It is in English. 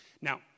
Now